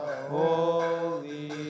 Holy